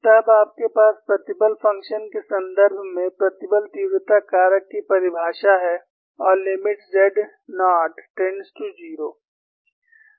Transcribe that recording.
तब आपके पास प्रतिबल फ़ंक्शन के संदर्भ में प्रतिबल तीव्रता कारक की परिभाषा है और limit z naught tends to 0